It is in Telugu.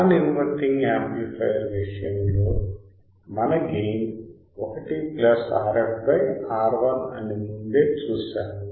నాన్ ఇన్వర్టింగ్ యాంప్లిఫయర్ విషయంలో మన గెయిన్ 1 Rf R1 అని ముందే చూశాము